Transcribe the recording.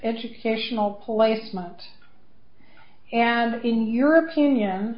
educational placement and in your opinion